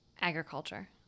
Agriculture